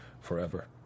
forever